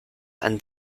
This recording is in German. einen